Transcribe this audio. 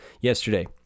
yesterday